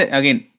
again